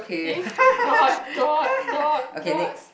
thing dot dot dot dot